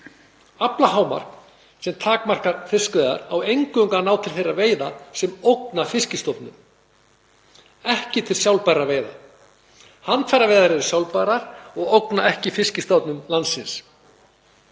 Aflahámark sem takmarkar fiskveiðar á eingöngu að ná til þeirra veiða sem ógna fiskstofnum, ekki til sjálfbærra veiða. Handfæraveiðar eru sjálfbærar og ógna ekki fiskstofnum landsins.